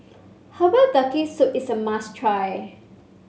Herbal Turtle Soup is a must try